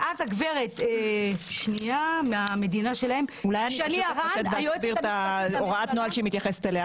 יש לי את הוראת נוהל שהיא מתייחסת אליה,